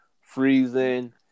freezing